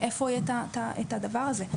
מאיפה יהיה הדבר הזה?